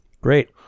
Great